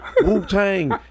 Wu-Tang